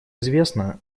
известно